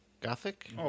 gothic